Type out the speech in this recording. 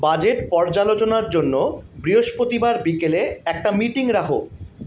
budget পর্যালোচনার জন্য বৃহস্পতিবার বিকেলে একটা মিটিং রাখো